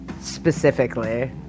Specifically